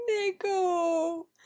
Nico